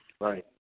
Right